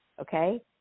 okay